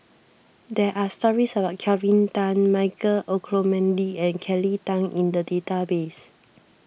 there are stories about Kelvin Tan Michael Olcomendy and Kelly Tang in the database